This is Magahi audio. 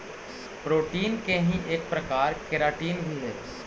प्रोटीन के ही एक प्रकार केराटिन भी हई